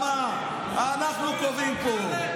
בגלל